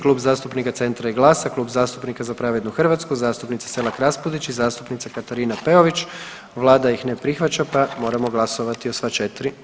Klub zastupnika Centra i GLAS-a, Klub zastupnika Za pravednu Hrvatsku, zastupnice Selak RAspudić i zastupnica Katarina Peović vlada ne prihvaća pa moramo glasovati o sva četiri.